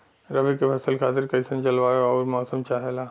रबी क फसल खातिर कइसन जलवाय अउर मौसम चाहेला?